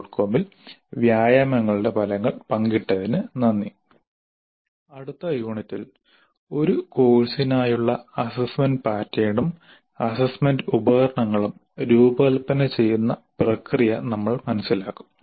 comൽ വ്യായാമങ്ങളുടെ ഫലങ്ങൾ പങ്കിട്ടതിന് നന്ദി അടുത്ത യൂണിറ്റിൽ ഒരു കോഴ്സിനായുള്ള അസ്സസ്സ്മെന്റ് പാറ്റേണും അസ്സസ്സ്മെന്റ് ഉപകരണങ്ങളും രൂപകൽപ്പന ചെയ്യുന്ന പ്രക്രിയ നമ്മൾ മനസിലാക്കും